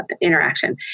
interaction